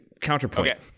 counterpoint